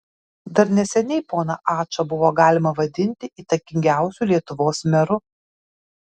dar neseniai poną ačą buvo galima vadinti įtakingiausiu lietuvos meru